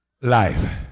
life